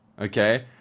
Okay